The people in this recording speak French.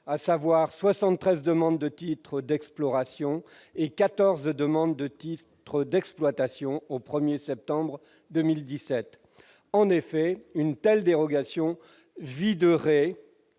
demandes de titre d'exploration et quatorze demandes de titre d'exploitation au 1 septembre 2017. En effet, une telle dérogation viderait